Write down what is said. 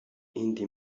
indie